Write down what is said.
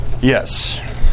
Yes